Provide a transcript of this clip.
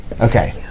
Okay